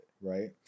Right